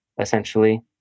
essentially